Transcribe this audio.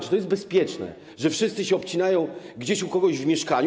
Czy to jest bezpieczne, że wszyscy się obcinają gdzieś u kogoś w mieszkaniu?